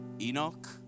Enoch